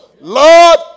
Lord